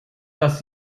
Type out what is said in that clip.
dass